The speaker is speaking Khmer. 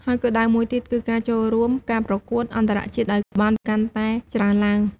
ហើយគោលដៅមួយទៀតគឺការចូលរួមការប្រកួតអន្តរជាតិឲ្យបានកាន់តែច្រើនឡើង។